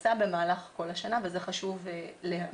נעשה במהלך כל השנה, וזה חשוב להיאמר.